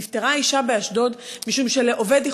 נפטרה אישה באשדוד משום שלעובד,